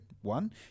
One